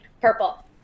Purple